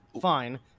Fine